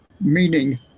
meaning